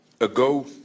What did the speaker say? ago